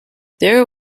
there